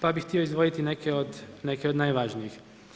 Pa bih htio izdvojiti neke od najvažnijih.